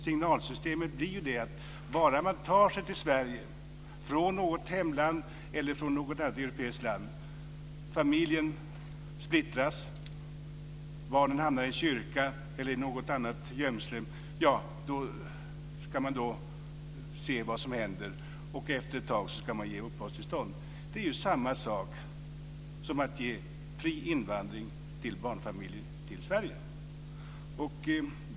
Signalsystemet blir att bara man tar sig till Sverige, från något hemland eller något annat europeiskt land, familjen splittras, barnen hamnar i en kyrka eller i något annat gömsle, får man se vad som händer, och efter ett tag ska man ge uppehållstillstånd. Det är samma sak som att ge fri invandring för barnfamiljer till Sverige.